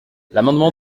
l’amendement